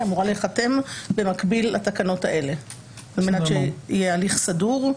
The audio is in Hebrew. והיא אמורה להיחתם במקביל לתקנות האלה על מנת שיהיה הליך סדור.